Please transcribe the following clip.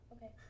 Okay